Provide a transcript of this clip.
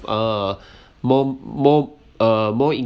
uh more more uh